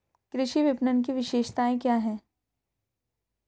कृषि विपणन की विशेषताएं क्या हैं?